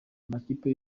amakipe